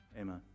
Amen